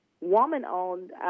woman-owned